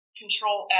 control